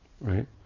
Right